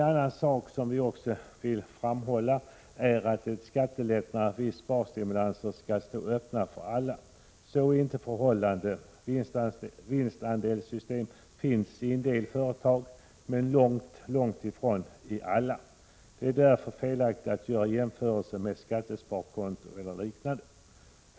Vi vill också framhålla att en skattelättnad som ger vissa sparstimulanser skall stå öppen för alla. Så är här inte fallet. Vinstandelssystem finns i en del företag, men långt ifrån i alla. Det är därför felaktigt att göra jämförelser med skattesparkonto eller liknande.